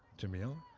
jamil.